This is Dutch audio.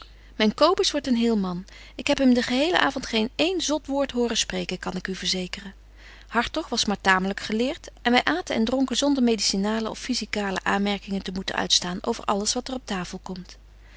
myn cobus wordt een heel man ik heb hem den gehelen avond geen een zot woord horen spreken kan ik u verzekeren hartog was maar tamelyk geleert en wy aten en dronken zonder medicinale of phisicale aanmerkingen te moeten uitstaan over alles wat er op tafel komt